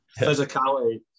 physicality